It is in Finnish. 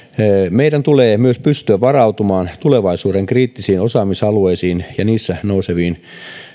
meidän tulee myös pystyä varautumaan tulevaisuuden kriittisiin osaamisalueisiin ja niissä nouseviin